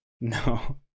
No